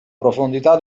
profondità